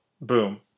boom